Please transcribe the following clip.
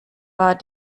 war